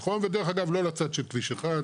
ודרך אגב לא לצד של כביש 1,